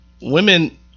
women